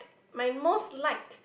my most liked